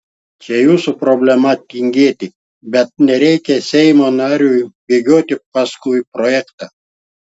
čia jūsų problema tingėti bet nereikia seimo nariui bėgioti paskui projektą